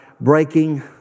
breaking